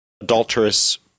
adulterous